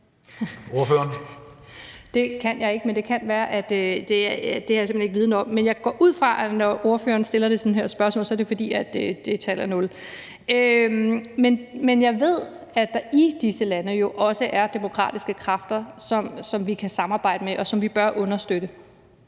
Det kan jeg ikke, det er jeg simpelt hen ikke vidende om. Men jeg går ud fra, at det, når ordføreren stiller det her spørgsmål, er, fordi det tal er nul. Men jeg ved jo, at der i disse lande også er demokratiske kræfter, som vi kan samarbejde med, og som vi bør understøtte.